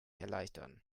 erleichtern